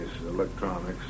electronics